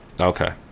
Okay